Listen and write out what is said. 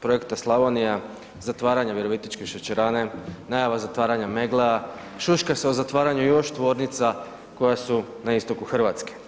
projekta „Slavonija“ zatvaranje Virovitičke šećerane, najava zatvaranja Meggle-a, šuška se o zatvaranju još tvornica koja su na istoku Hrvatske.